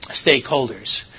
stakeholders